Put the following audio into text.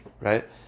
right